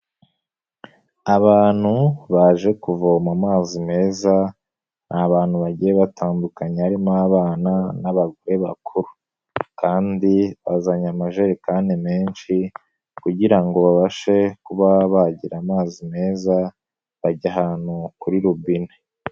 Abantu baje kuvoma amazi meza, ni abantu bagiye batandukanye harimo abana n'abagore bakuru kandi bazanye amajerikani menshi kugira ngo babashe kuba bagira amazi meza bajya ahantu kuri robine.